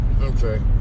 Okay